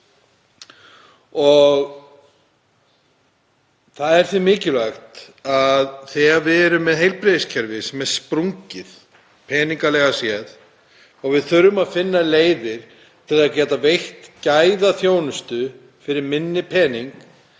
Það er því mikilvægt að hafa í huga, þegar við erum með heilbrigðiskerfi sem er sprungið peningalega séð og við þurfum að finna leiðir til að geta veitt gæðaþjónustu fyrir minni pening,